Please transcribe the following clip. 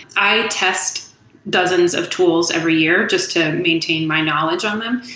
i test dozens of tools every year just to maintain my knowledge on them,